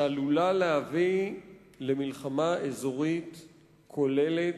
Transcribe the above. שעלולה להביא למלחמה אזורית כוללת,